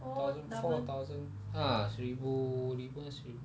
thousand four thousand ah seribu lima seribu